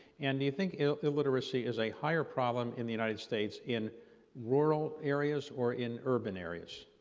and do you think illiteracy is a higher problem in the united states in rural areas or in urban areas?